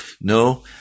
No